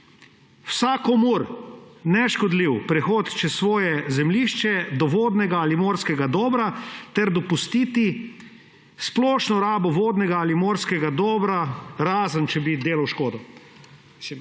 vsakomur neškodljiv prehod čez svoje zemljišče do vodnega ali morskega dobra ter dopustiti splošno rabo vodnega ali morskega dobra, razen če bi delal škodo.«